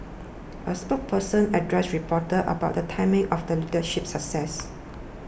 a spokesperson addressed reporters about the timing of the leadership success